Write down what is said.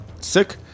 sick